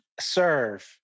Serve